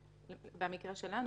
במקרה שלנו,